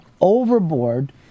overboard